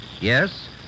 Yes